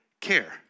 care